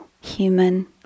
human